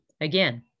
Again